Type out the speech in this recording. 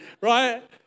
right